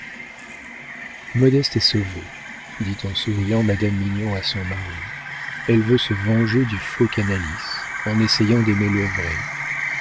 modeste est sauvée dit en souriant madame mignon à son mari elle veut se venger du faux canalis en essayant d'aimer le